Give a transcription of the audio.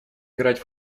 играть